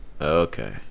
Okay